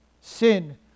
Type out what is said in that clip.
sin